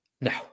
No